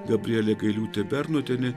gabrielė gailiūtė bernotienė